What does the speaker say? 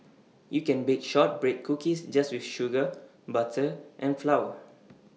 you can bake Shortbread Cookies just with sugar butter and flour